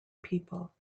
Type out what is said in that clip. people